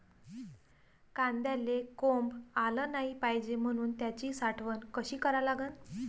कांद्याले कोंब आलं नाई पायजे म्हनून त्याची साठवन कशी करा लागन?